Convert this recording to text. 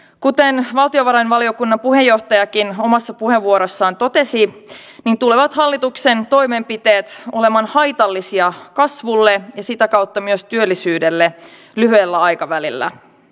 kuten valtiovarainvaliokunnan puheenjohtajakin omassa puheenvuorossaan totesi hallituksen toimenpiteet tulevat olemaan haitallisia kasvulle ja sitä kautta myös työllisyydelle lyhyellä aikavälillä